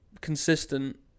consistent